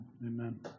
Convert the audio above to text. Amen